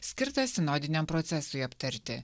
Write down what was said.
skirtą sinodiniam procesui aptarti